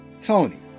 Tony